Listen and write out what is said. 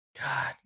God